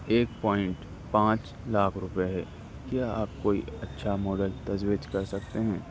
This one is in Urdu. ایک پوائنٹ پانچ لاکھ روپئے ہے کیا آپ کوئی اچھا ماڈل تجویز کر سکتے ہیں